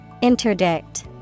Interdict